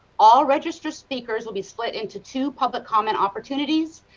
all registered speakers will be split into two public comment opportunities.